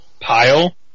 pile